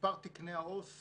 מספר תקני העובדות